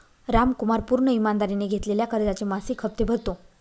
रामकुमार पूर्ण ईमानदारीने घेतलेल्या कर्जाचे मासिक हप्ते भरतो